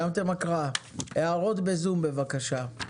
הערות ב-זום בבקשה.